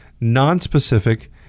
non-specific